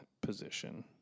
position